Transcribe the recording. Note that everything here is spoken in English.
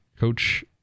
Coach